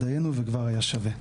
דיינו זה כבר היה שווה.